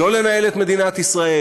לא לנהל את מדינת ישראל.